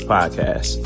Podcast